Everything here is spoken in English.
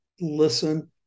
listen